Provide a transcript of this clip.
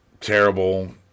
terrible